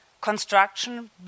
construction